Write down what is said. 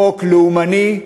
חוק לאומני,